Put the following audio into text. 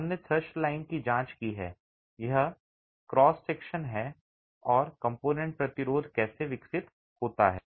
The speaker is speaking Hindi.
हमने थ्रस्ट लाइन की जांच की है कि एक क्रॉस सेक्शन और कंपोनेंट का प्रतिरोध कैसे विकसित होता है